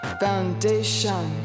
foundation